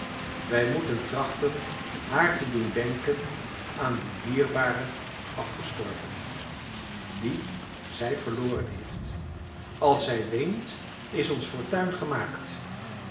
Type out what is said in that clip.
wij moeten trachten haar te doen denken aan den dierbaren afgestorvene dien zij verloren heeft als zij weent is ons fortuin gemaakt